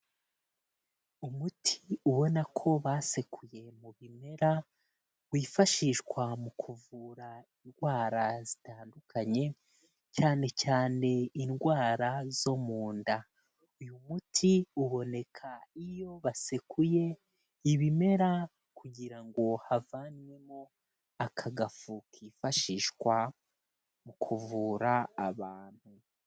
Umuti ubona ko basekuye mu bimera, wifashishwa mu kuvura indwara zitandukanye, cyane cyane indwara zo mu nda. Uyu muti uboneka iyo basekuye ibimera kugira ngo havanywemo aka gafu kifashishwa mu kuvura abantu.